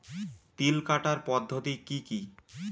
তিল কাটার পদ্ধতি কি কি?